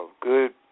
good